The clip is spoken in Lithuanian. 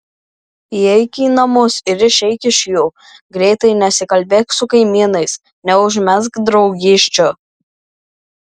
įeik į namus ir išeik iš jų greitai nesikalbėk su kaimynais neužmegzk draugysčių